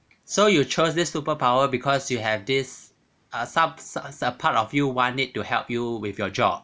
so you chose this superpower because you have this some a part of you want it to help you with your job